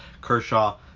Kershaw